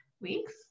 weeks